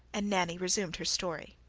and nanny resumed her story.